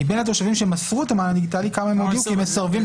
מבין התושבים שמסרו את המען הדיגיטלי כמה הודיעו כי הם מסרבים לקבל.